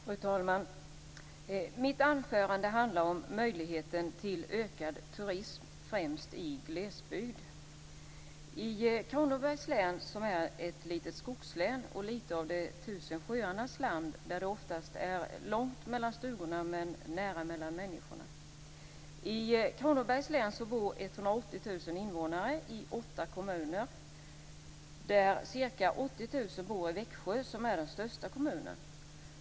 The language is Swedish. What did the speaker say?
Fru talman! Mitt anförande handlar om möjligheten till ökad turism, främst i glesbygd. I Kronobergs län, som är ett litet skogslän och lite av de tusen sjöarnas land, är det oftast långt mellan stugorna men nära mellan människorna. I Kronobergs län bor det 180 000 invånare i åtta kommuner. Ca 80 000 bor i Växjö, som är den största kommunen.